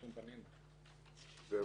בשום פנים ואופן לא.